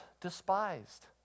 despised